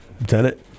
lieutenant